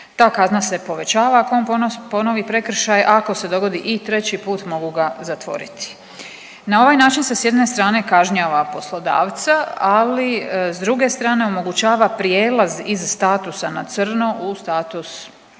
Ta kazna se povećava ako on ponovi prekršaj. Ako se dogodi i treći put mogu ga zatvoriti. Na ovaj način se s jedne strane kažnjava poslodavca, ali s druge strane omogućava prijelaz iz statusa na crno u status